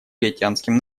гаитянским